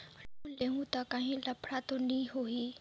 Loan लेहूं ता काहीं लफड़ा तो नी होहि?